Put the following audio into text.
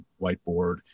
whiteboard